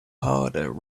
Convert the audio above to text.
harder